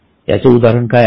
याचे उदाहरण काय आहे